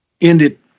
ended